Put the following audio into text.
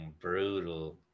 brutal